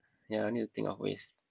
ya I need to think of ways